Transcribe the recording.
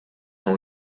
sont